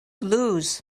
lose